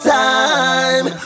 time